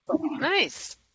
Nice